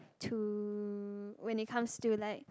to when it comes to like